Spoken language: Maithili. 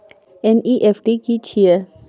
एन.ई.एफ.टी की छीयै?